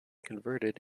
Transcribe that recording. converted